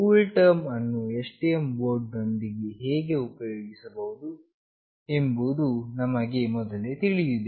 cool term ಅನ್ನು STM board ನೊಂದಿಗೆ ಹೇಗೆ ಉಪಯೋಗಿಸಬಹುದು ಎಂಬುದು ನಮಗೆ ಮೊದಲೇ ತಿಳಿದಿದೆ